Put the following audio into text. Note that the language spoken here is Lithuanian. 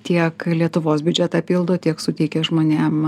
tiek lietuvos biudžetą pildo tiek suteikia žmonėm